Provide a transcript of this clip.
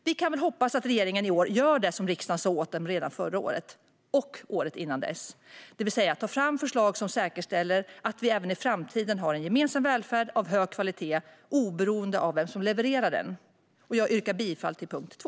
Vi kan väl hoppas att regeringen i år gör det som riksdagen sa åt den att göra redan förra året - och året före det - det vill säga tar fram förslag som säkerställer att medborgarna även i framtiden har en gemensam välfärd av hög kvalitet, oberoende av vem som levererar den. Jag yrkar bifall till punkt 2.